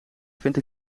vindt